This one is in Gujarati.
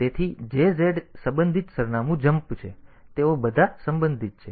તેથી jz સંબંધિત સરનામું જમ્પ છે તેથી તેઓ બધા સંબંધિત છે